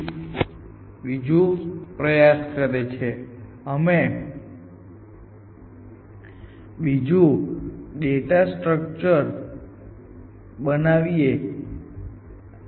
તેથી કેટલાક બેક ટ્રેકિંગની જેમ અમે અનુકરણ કરવા માંગીએ છીએ સિવાય કે આ વિઝ્યુઅલાઇઝેશન જે ખરેખર મારો દૃષ્ટિકોણ છે તમને તે કાગળમાં નહીં મળે આ હ્યુરિસ્ટિક મૂલ્ય ડાબેથી જમણે ક્રમમાં છે તેથી તે આ જગ્યામાં ડાબેથી જમણે ડેપ્થ ફર્સ્ટ સર્ચ જેવું છે પરંતુ આપણે આને કેવી રીતે બેક ટ્રકિંગ કરી શકીએ અને તેનો અમલ કેવી રીતે કરી શકીએ